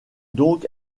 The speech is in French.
donc